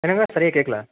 என்னங்க சரியாக கேட்கல